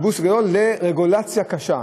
לרגולציה קשה.